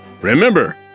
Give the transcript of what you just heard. Remember